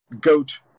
Goat